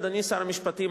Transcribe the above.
אדוני שר המשפטים,